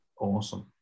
awesome